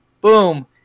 boom